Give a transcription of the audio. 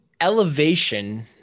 elevation